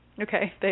Okay